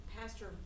Pastor